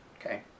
okay